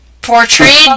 Portrayed